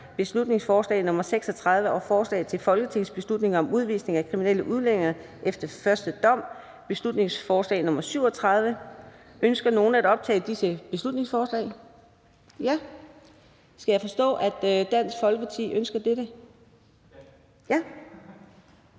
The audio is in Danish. (Beslutningsforslag nr. B 36) og Forslag til folketingsbeslutning om udvisning af kriminelle udlændinge efter første dom. (Beslutningsforslag nr. B 37). Ønsker nogen at optage disse beslutningsforslag? Beslutningsforslagene er optaget af